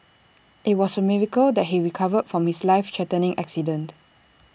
IT was A miracle that he recovered from his life threatening accident